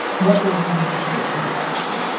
what would we need to change to make that happen?